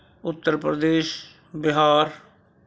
Uttar Pradesh Bihar